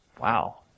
Wow